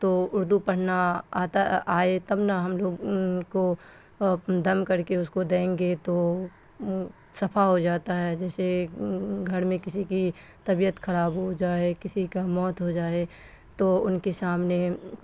تو اردو پڑھنا آتا آئے تب نا ہم لوگ ان کو دم کر کے اس کو دیں گے تو شفا ہو جاتا ہے جیسے گھر میں کسی کی طبیعت خراب ہو جائے کسی کا موت ہو جائے تو ان کے سامنے